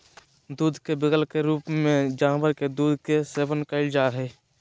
दूध के विकल्प के रूप में जानवर के दूध के सेवन कइल जा हइ